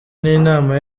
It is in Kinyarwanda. n’inama